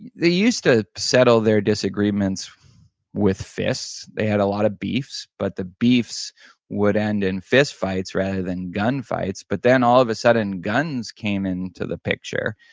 they used to settle their disagreements with fists, they had a lot of beefs but the beefs would end in fistfights rather than gunfights, but then all of a sudden guns came into the picture.